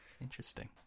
Interesting